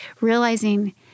realizing